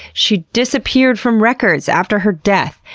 she disappeared from records after her death.